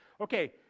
Okay